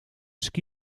ski